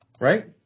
Right